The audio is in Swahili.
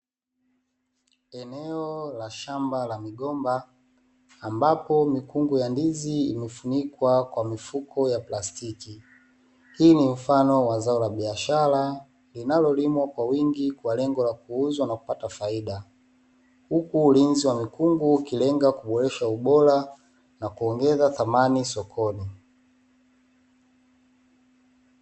Eneo la shamba la migomba, ambapo mikungu ya ndizi imefunikwa kwa mifuko ya plastiki. Hii ni mfano wa zao la biashara, linalolimwa kwa wingi kwa lengo la kuuzwa na kupata faida. Huku ulinzi wa mikungu ukilenga kuboresha ubora, na kuongeza thamani sokoni.